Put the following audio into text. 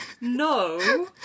no